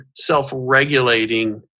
self-regulating